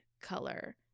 color